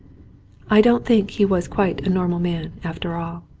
i don't think he was quite a normal man after all.